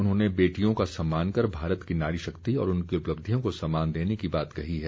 उन्होंने बेटियों का सम्मान कर भारत की नारी शक्ति और उनकी उपथ्यियों को सम्मान देने की बात कही है